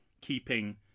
keeping